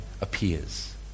appears